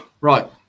right